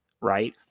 right